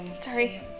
Sorry